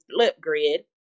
Flipgrid